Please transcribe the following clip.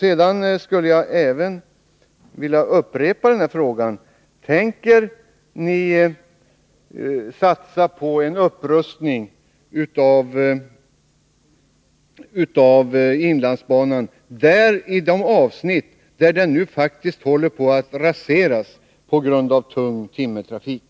Sedan vill jag även upprepa följande fråga: Tänker ni satsa på en upprustning av de avsnitt av inlandsbanan som faktiskt håller på att raseras på grund av tung timmertrafik?